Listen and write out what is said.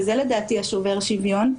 וזה לדעתי שובר השוויון,